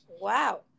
Wow